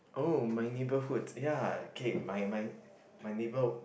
oh my neighbourhood ya okay my my my neighbour